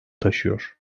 taşıyor